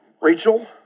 Rachel